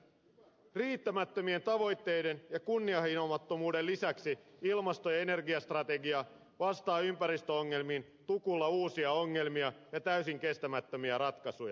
riittämättömien tavoitteiden ja kunnianhimottomuuden lisäksi ilmasto ja energiastrategia vastaa ympäristöongelmiin tukulla uusia ongelmia ja täysin kestämättömiä ratkaisuja